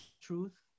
truth